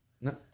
No